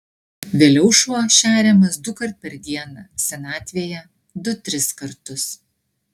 vėliau šuo šeriamas dukart per dieną senatvėje du tris kartus